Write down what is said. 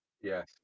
Yes